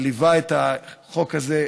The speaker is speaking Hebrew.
שליווה את החוק הזה,